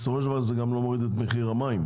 בסופו של דבר זה גם לא מוזיל את מחיר המים.